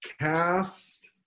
Cast